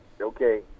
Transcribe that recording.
Okay